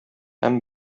һәм